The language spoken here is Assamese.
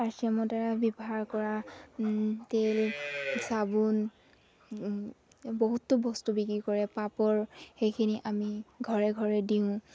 আৰ চি এমৰ দ্বাৰা ব্যৱহাৰ কৰা তেল চাবোন বহুতো বস্তু বিক্ৰী কৰে পাপৰ সেইখিনি আমি ঘৰে ঘৰে দিওঁ